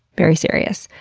very serious.